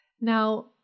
Now